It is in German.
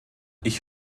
ich